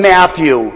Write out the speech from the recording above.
Matthew